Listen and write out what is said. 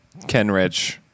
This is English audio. Kenrich